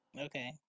okay